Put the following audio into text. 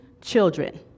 children